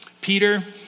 Peter